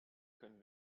können